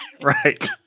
right